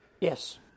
Yes